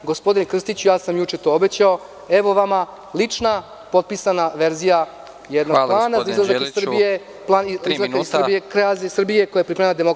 Gospodine Krstiću, ja sam juče to obećao, evo vam lična potpisana verzija jednog plana za izlazak Srbije iz krize, koji je pripremila DS.